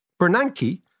Bernanke